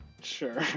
Sure